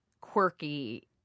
quirky